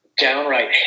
downright